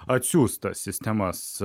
atsiųs tas sistemas